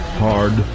hard